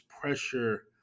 pressure